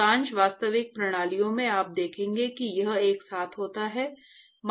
अधिकांश वास्तविक प्रणालियों में आप देखेंगे कि यह एक साथ होता है